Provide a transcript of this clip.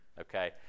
Okay